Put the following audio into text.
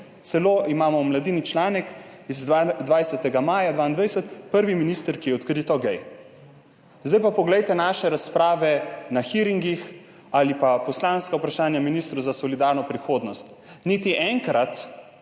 imamo celo članek iz 20. maja 2022 z naslovom Prvi minister, ki je odkrito gej. Zdaj pa poglejte naše razprave na hearingih ali pa poslanska vprašanja ministru za solidarno prihodnost. Niti enkrat